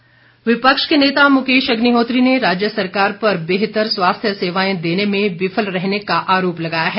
अग्निहोत्री विपक्ष के नेता मुकेश अग्निहोत्री ने राज्य सरकार पर बेहतर स्वास्थ्य सेवाएं देने में विफल रहने का आरोप लगाया है